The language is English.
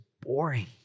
boring